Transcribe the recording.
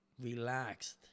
relaxed